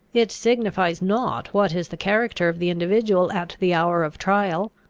it signifies not what is the character of the individual at the hour of trial.